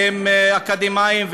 והם אקדמאים,